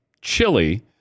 chili